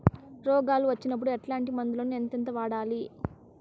రోగాలు వచ్చినప్పుడు ఎట్లాంటి మందులను ఎంతెంత వాడాలి?